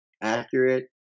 accurate